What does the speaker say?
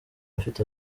afite